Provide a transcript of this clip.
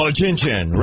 Attention